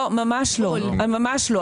לא, ממש לא.